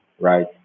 right